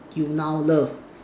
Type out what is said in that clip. you now love